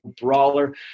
brawler